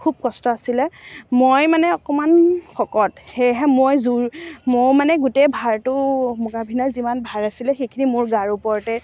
খুব কষ্ট আছিলে মই মানে অকমান শকত সেয়েহে মই জোৰ মোৰ মানে গোটেই ভাৰটো মোকাভিনয়ৰ যিমান ভাৰ আছিলে সেইখিনি মোৰ গাৰ ওপৰতে